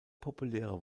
populäre